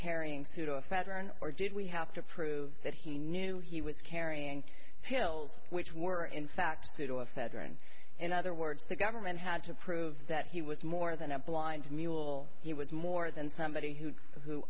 carrying pseudoephedrine or did we have to prove that he knew he was carrying pills which were in fact pseudoephedrine in other words the government had to prove that he was more than a blind mule he was more than somebody who who